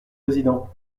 président